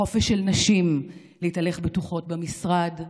החופש של נשים להתהלך בטוחות במשרד,